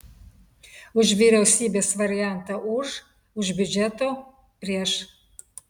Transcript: už vyriausybės variantą už už biudžeto prieš